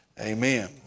amen